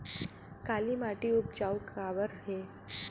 काला माटी उपजाऊ काबर हे?